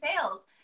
sales